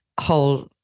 whole